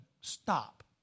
stop